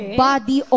body